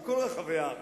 בכל רחבי הארץ,